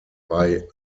bei